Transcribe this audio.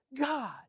God